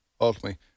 ultimately